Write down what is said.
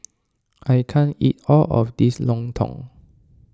I can't eat all of this Lontong